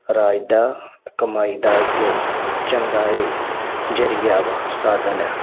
ਰਾਜ ਦਾ ਕਮਾਈ ਦਾ ਇੱਕ ਚੰਗਾ ਇਹ ਜ਼ਰੀਆ ਵਾ ਸਾਧਨ ਆ